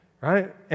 right